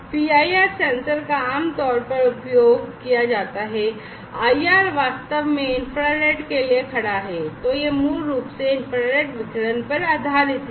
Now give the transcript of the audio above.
PIR sensor का आमतौर पर उपयोग किया जाता है आईआर विकिरण पर आधारित हैं